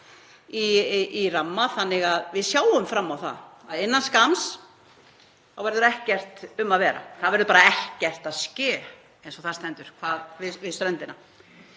í Ramma, þannig að við sjáum fram á það að innan skamms verður ekkert um að vera. Það verður bara ekkert að ske, eins og þar stendur, við ströndina.